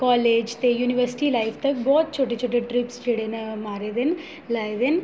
college ते university life तक बहुत छोटे छोटे ट्रिप्स जेह्डे न मारे दे न लाए दे न